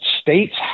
states